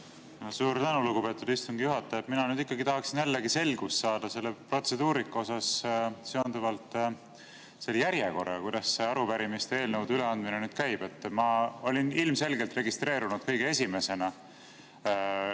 Suur tänu, lugupeetud istungi juhataja! Mina nüüd ikkagi tahaksin jällegi selgust saada selle protseduurika osas seonduvalt järjekorraga, kuidas see arupärimiste ja eelnõude üleandmine käib. Ma olin ilmselgelt registreerunud kõige esimesena kõne pidamiseks,